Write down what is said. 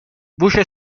voce